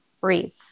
breathe